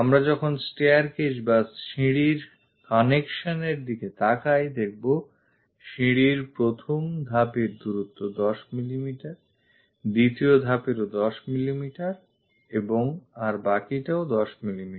আমরা যখন staircase বা সিঁড়ির connection এর দিকে তাকাইদেখবো যে সিঁড়ির প্রথম ধাপের দূরত্ব 10 mm দ্বিতীয় ধাপেরও 10mm এবং আর বাকিটাও 10 mm